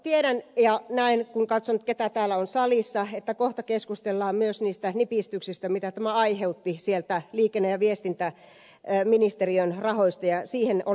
tiedän ja näen kun katson ketä täällä on salissa että kohta keskustellaan myös niistä nipistyksistä mitä tämä aiheutti sieltä liikenne ja viestintäministeriön rahoista ja siihen olen valmis